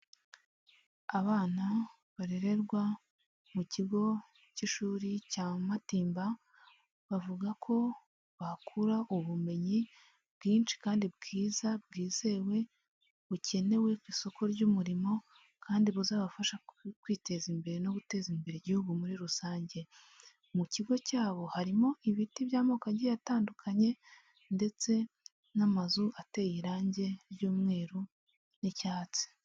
Abana barererwa mu kigo cy'ishuri cya Matimba, bavuga ko bahakura ubumenyi bwinshi kandi bwiza bwizewe, bukenewe ku isoko ry'umurimo, kandi buzabafasha kwiteza imbere no guteza imbere igihugu muri rusange. Mu kigo cyabo, harimo ibiti by'amoko agiye atandukanye ndetse n'amazu ateye irangi ry'umweru n'icyatsi.